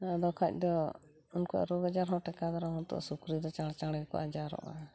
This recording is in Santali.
ᱟᱫᱚ ᱠᱷᱟᱱ ᱫᱚ ᱩᱱᱠᱩᱣᱟᱜ ᱨᱳᱜᱽ ᱟᱡᱟᱨ ᱦᱚᱸ ᱴᱮᱠᱟᱣ ᱫᱟᱨᱟᱢ ᱥᱩᱠᱨᱤ ᱫᱚ ᱪᱟᱬ ᱪᱟᱬ ᱜᱮᱠᱚ ᱟᱡᱟᱨᱚᱜᱼᱟ